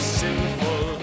sinful